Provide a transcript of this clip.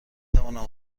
توانم